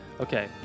Okay